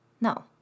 No